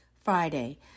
Friday